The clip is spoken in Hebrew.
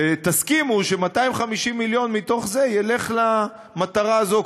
תסכימו ש-250 מיליון מתוך זה ילכו למטרה הזו.